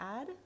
add